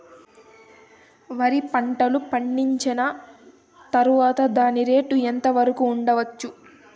వరి పంటలు పండించిన తర్వాత దాని రేటు ఎంత వరకు ఉండచ్చు